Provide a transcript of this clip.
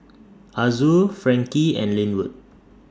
Azul Frankie and Lynwood